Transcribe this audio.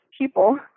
people